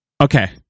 Okay